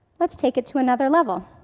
let's take it to another level.